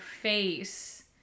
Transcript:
face